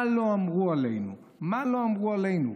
מה לא אמרו עלינו, מה לא אמרו עלינו.